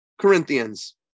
Corinthians